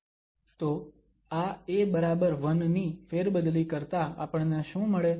તો આ a1 ની ફેરબદલી કરતા આપણને શું મળે